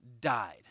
died